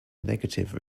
negative